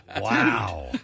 Wow